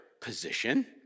position